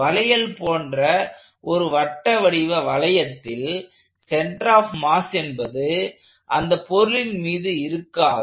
வளையல் போன்ற ஒரு வட்டவடிவ வளையத்தில் சென்டர் ஆப் மாஸ் என்பது அந்த பொருளின் மீது இருக்காது